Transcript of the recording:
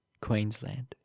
queensland